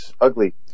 ugly